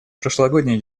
прошлогодней